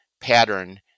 pattern